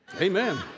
Amen